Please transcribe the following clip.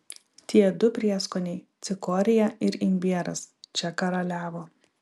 tie du prieskoniai cikorija ir imbieras čia karaliavo